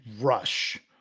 rush